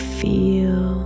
feel